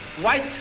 white